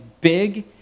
big